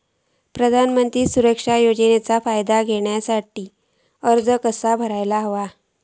प्रधानमंत्री सुरक्षा योजनेचो फायदो घेऊच्या खाती अर्ज कसो भरुक होयो?